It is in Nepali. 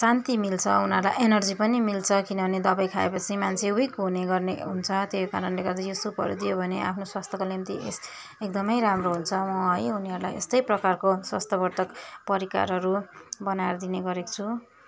शान्ति मिल्छ उनीहरूलाई एनर्जी पनि मिल्छ किनभने दबाई खाएपछि मान्छे विक हुने गर्ने हुन्छ त्यही कारणले गर्दा यो सुपहरू दियो भने आफ्नो स्वास्थ्यको निम्ति एकदमै राम्रो हुन्छ म है उनीहरूलाई यस्तै प्रकारको स्वास्थ्यवर्धक परिकारहरू बनाएर दिने गरेको छु